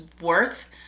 worth